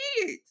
kids